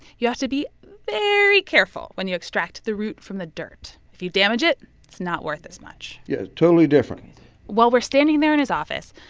you have to be very careful when you extract the root from the dirt. if you damage it, it's not worth as much yeah, it's totally different while we're standing there in his office,